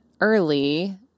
early